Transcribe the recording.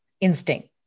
instinct